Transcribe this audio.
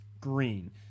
green